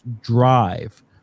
drive